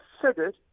considered